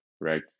right